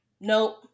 nope